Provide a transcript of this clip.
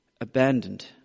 abandoned